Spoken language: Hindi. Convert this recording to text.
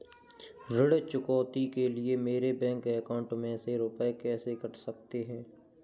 ऋण चुकौती के लिए मेरे बैंक अकाउंट में से रुपए कैसे कट सकते हैं?